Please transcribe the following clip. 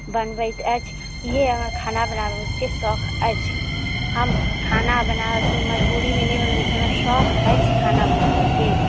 बनबैत अछि इएहे हमर खाना बनाबऽके शौक अछि हम खाना बनाबऽ मजबूरीमे नहि बनबै छी हमरा शौक अछि हम खाना बनाबऽके